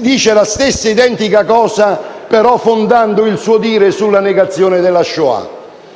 dice la stessa identifica cosa fondando, però, il suo dire sulla negazione della Shoah.